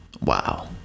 Wow